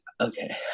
okay